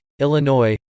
illinois